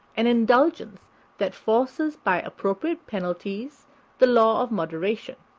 an indulgence that enforces by appropriate penalties the law of moderation.